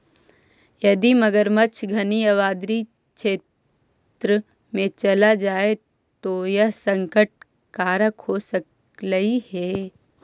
यदि मगरमच्छ घनी आबादी क्षेत्र में चला जाए तो यह संकट कारक हो सकलई हे